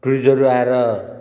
टुरिस्टहरू आएर